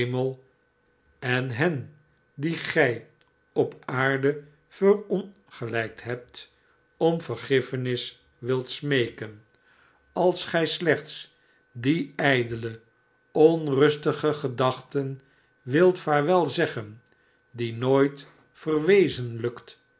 en hen die gij op aarde yerongelijkt hebt om vergiffenis wilt smeeken als gij slechts die ijdele onrustige gedachten wilt vaarwel zeggen die nooit